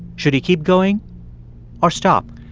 should he keep going or stop?